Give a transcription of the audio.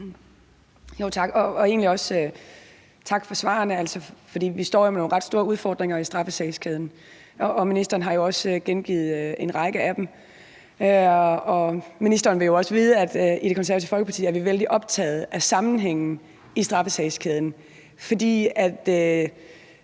tak for svarene, for vi står jo med nogle ret store udfordringer i straffesagskæden, og ministeren har også beskrevet en række af dem. Ministeren vil jo også vide, at vi i Det Konservative Folkeparti er